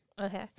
okay